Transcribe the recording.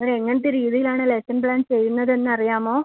അതങ്ങനത്തെ രീതീലാണ് lesson plan ചെയ്യുന്നതെന്ന് അറിയാമോ